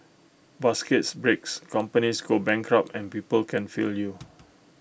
baskets breaks companies go bankrupt and people can fail you